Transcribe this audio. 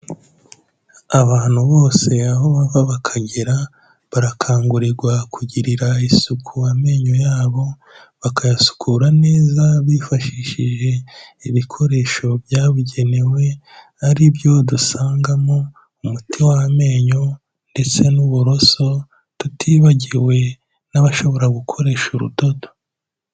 Abantu bose aho bava bakagera, barakangurirwa kugirira isuku amenyo yabo, bakayasukura neza bifashishije ibikoresho byabugenewe ari byo dusangamo umuti w'amenyo ndetse n'uburoso tutibagiwe n'abashobora gukoresha urudodo.